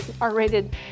R-rated